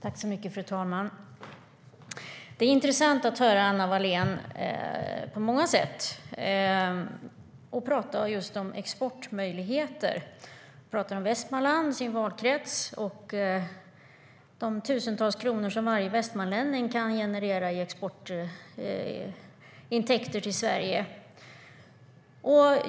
Fru talman! Det är intressant att höra Anna Wallén tala, på många sätt. Hon talar om exportmöjligheter, om Västmanland - hennes valkrets - och om de tusentals kronor som varje västmanlänning kan generera i exportintäkter till Sverige.